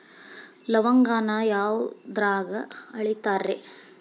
ಲವಂಗಾನ ಯಾವುದ್ರಾಗ ಅಳಿತಾರ್ ರೇ?